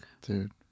Dude